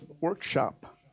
workshop